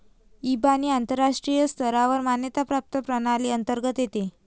इबानी आंतरराष्ट्रीय स्तरावर मान्यता प्राप्त प्रणाली अंतर्गत येते